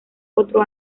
otro